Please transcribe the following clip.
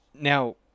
Now